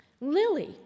Lily